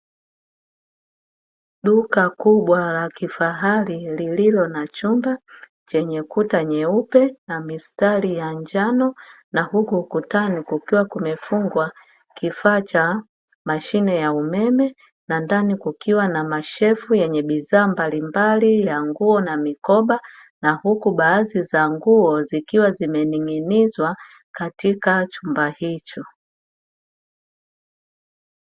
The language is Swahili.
Duka kubwa la kifahari lililo na chumba chenye kuta nyeupe na mistari ya njano na, huku ukutani kukiwa kumefungwa kifaa cha mashine ya umeme na ndani kukiwa na mashelfu yenye bidhaa mbalimbali ya nguo na mikoba; na huku baadhi ya nguo zikiwa zimening'inizwa katika chumba hicho.